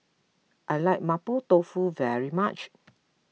I like Mapo Tofu very much